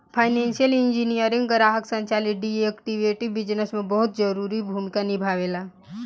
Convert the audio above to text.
financial engineering ग्राहक संचालित derivative business में बहुत जरूरी भूमिका निभावेला